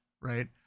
right